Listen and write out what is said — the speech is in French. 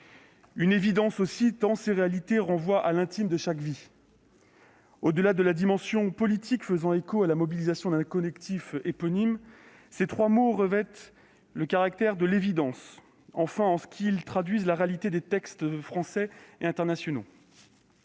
le rappeler ? Ensuite, ces réalités renvoient à l'intime de chaque vie. Enfin, au-delà de la dimension politique faisant écho à la mobilisation d'un collectif du même nom, ces trois mots revêtent le caractère de l'évidence, car ils traduisent la réalité des textes français et internationaux.